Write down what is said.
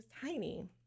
tiny